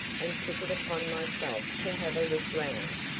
and took it upon myself to have a look round.